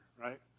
right